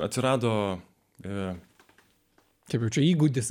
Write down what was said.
atsirado e kaip jau čia įgūdis